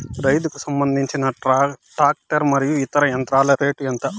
రైతుకు సంబంధించిన టాక్టర్ మరియు ఇతర యంత్రాల రేటు ఎంత?